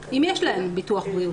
אם יש להן ביטוח בריאות.